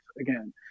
again